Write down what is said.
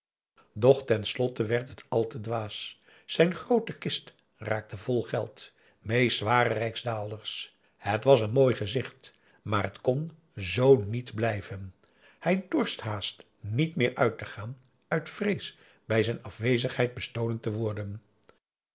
ten slotte werd het al te dwaas zijn groote kist raakte vol geld meest zware rijksdaalders het was een mooi gezicht maar het kon z niet blijven hij dorst haast niet meer uit te gaan uit vrees bij zijn afwezigheid bestolen te worden